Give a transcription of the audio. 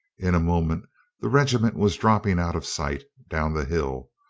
in a moment the regiment was dropping out of sight down the hill.